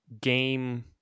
game